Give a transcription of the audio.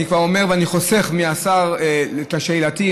ואני כבר אומר ואני חוסך מהשר את השאלה אם